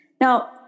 now